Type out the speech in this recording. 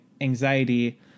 anxiety